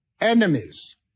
enemies